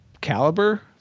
caliber